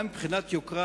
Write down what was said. גם מבחינת יוקרה,